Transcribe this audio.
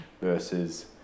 versus